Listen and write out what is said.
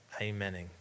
amening